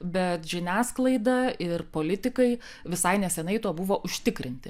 bet žiniasklaida ir politikai visai neseniai tuo buvo užtikrinti